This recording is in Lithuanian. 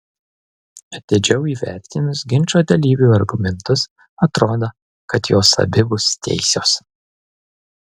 atidžiau įvertinus ginčo dalyvių argumentus atrodo kad jos abi bus teisios